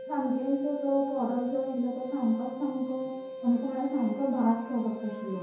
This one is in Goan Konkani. सामकेच तो प्रोडक्ट जो येल्लो तो सामकोच सामको सामको म्हणल्यार सामको बाद प्रोडक्ट आशिल्लो